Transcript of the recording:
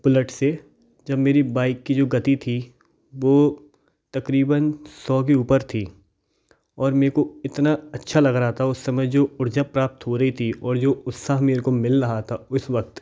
bullet से जब मेरे बाइक की जो गति थी वो तक़रीबन सौ के ऊपर थी और मेरे को इतना अच्छा लग रहा था उस समय जो ऊर्जा प्राप्त हो रही थी और जो उत्साह मेरे को मिल रहा था उस वक़्त